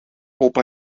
opa